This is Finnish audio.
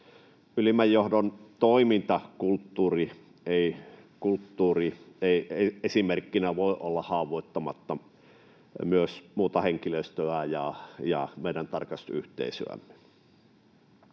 Ylimmän johdon toimintakulttuuri ei esimerkkinä voi olla haavoittamatta myös muuta henkilöstöä ja meidän tarkastusyhteisöämme.